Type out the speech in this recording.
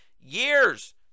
years